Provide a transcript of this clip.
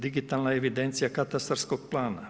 Digitalna evidencija katastarskog plana?